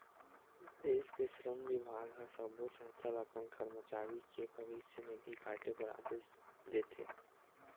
देस के श्रम बिभाग ह सब्बो संस्था ल अपन करमचारी के भविस्य निधि काटे बर आदेस देथे